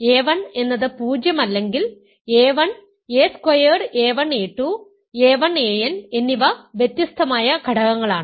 a1 എന്നത് 0 അല്ലെങ്കിൽ a1 a squared a1 a2 a1 an എന്നിവ വ്യത്യസ്തമായ ഘടകങ്ങളാണ്